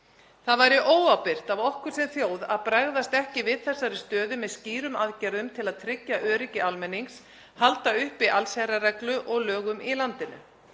Það væri óábyrgt af okkur sem þjóð að bregðast ekki við þessari stöðu með skýrum aðgerðum til að tryggja öryggi almennings, halda uppi allsherjarreglu og lögum í landinu.